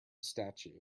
statue